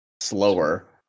slower